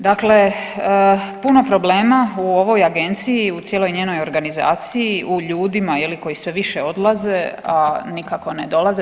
Dakle, puno problema u ovoj agenciji, u cijeloj njenoj organizaciji, u ljudima koji sve više odlaze, a nikako ne dolaze.